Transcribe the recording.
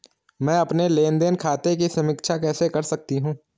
मैं अपने लेन देन खाते की समीक्षा कैसे कर सकती हूं?